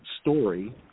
story